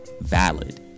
valid